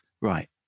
Right